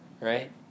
right